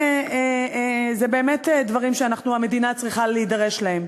אלה באמת דברים שהמדינה צריכה להידרש אליהם.